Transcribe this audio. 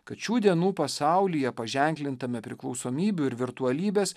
kad šių dienų pasaulyje paženklintame priklausomybių ir virtualybės